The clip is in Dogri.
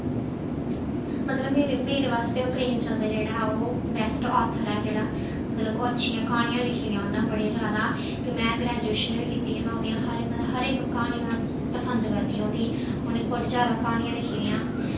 मतलब मेरे मेरे बास्तै ओह् प्रेमचन्द जेह्ड़ा ओह् बैस्ट ऑथर ऐ जेह्ड़ा मतलब ओह् अच्छियां क्हानियां लिखी दियां उ'नें बड़ियां जादा ते में ग्रैजुएशन बी कीती ऐ में हर ओह्दियां मतलब हर इक क्हानी में पसंद करनी ऐ ओह्दी उ'नें बड़ी जादा क्हानियां लिखी दियां